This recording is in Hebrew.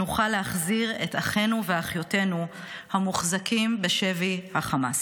נוכל להחזיר את אחינו ואחיותינו המוחזקים בשבי החמאס.